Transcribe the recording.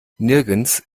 nirgends